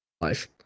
life